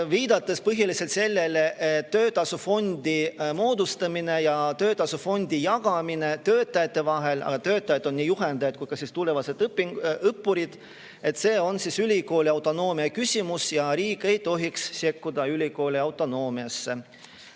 Viidati põhiliselt sellele, et töötasufondi moodustamine ja töötasu jagamine töötajate vahel – aga töötajad on nii juhendajad kui ka tulevased õppurid – on ülikooli autonoomia küsimus ja riik ei tohiks ülikooli autonoomiasse